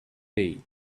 paid